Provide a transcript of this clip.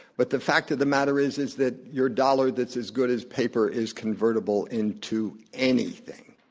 but the fact of the matter is, is that your dollar that's as good as paper is convertible into anything.